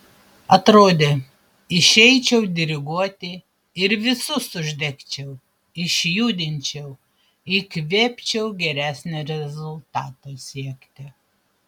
atrodė išeičiau diriguoti ir visus uždegčiau išjudinčiau įkvėpčiau geresnio rezultato siekti